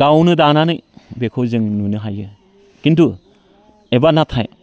गावनो दानानै बेखौ जों नुनो हायो खिन्थु एबा नाथाय